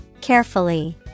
Carefully